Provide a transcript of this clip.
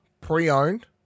pre-owned